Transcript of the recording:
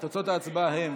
תוצאות ההצבעה הן